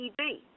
TV